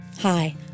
Hi